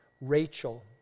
Rachel